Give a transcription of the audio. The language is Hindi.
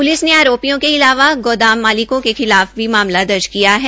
प्लिस ने आरोपियों के अलावा गोदाम मालिकों के खिलाफ भी मामला दर्ज किया है